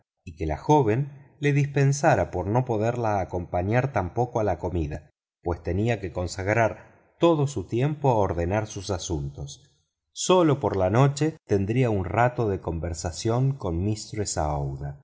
y que la joven le dispensara por no poderla acompañar tampoco a la comida pues tenía que consagrar todo su tiempo a ordenar sus asuntos sólo por la noche tendría un rato de conversación con